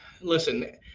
listen